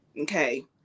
okay